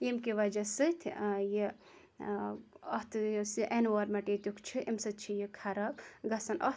ییٚمہِ کہِ وَجہ سۭتۍ یہِ اَتھ یُس یہِ ایٚنوارمینٹ ییٚتِیُک چھُ امہِ سۭتۍ چھُ یہِ خَراب گَژھان